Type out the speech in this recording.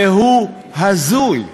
והוא הזוי.